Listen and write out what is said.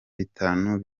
bitanu